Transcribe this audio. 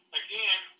again